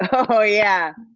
ah oh yeah,